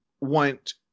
want